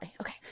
Okay